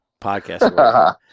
podcast